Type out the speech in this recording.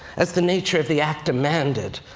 as the nature of the act demanded,